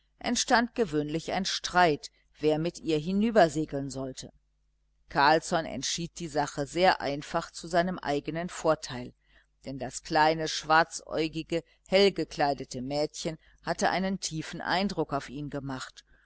entstand gewöhnlich ein streit wer mit ihr hinübersegeln sollte carlsson entschied die sache sehr einfach zu seinem eignen vorteil denn das kleine schwarzäugige hellgekleidete mädchen hatte einen tiefen eindruck auf ihn gemacht